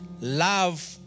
Love